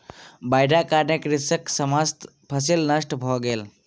बाइढ़क कारणेँ कृषकक समस्त फसिल नष्ट भ गेल